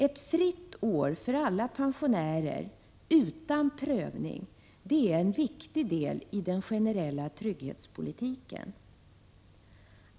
Ett fritt år för alla pensionärer, utan prövning, det är en viktig del i den generella trygghetspolitiken.